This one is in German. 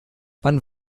wann